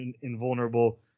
invulnerable